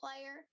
player